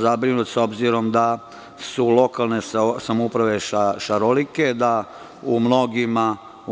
Zabrinut sam, s obzirom da su lokalne samouprave šarenolike, u